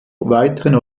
weiteren